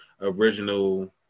original